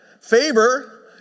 favor